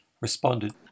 responded